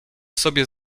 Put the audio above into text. sobie